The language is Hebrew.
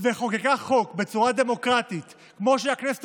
וחוקקה חוק בצורה דמוקרטית כמו שהכנסת